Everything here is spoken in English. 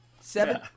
Seven